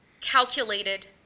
calculated